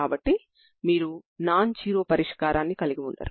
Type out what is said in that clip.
కాబట్టి మీరు XL0 ని కలిగి ఉంటారు